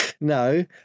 no